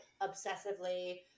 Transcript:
obsessively